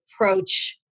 approach